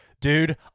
dude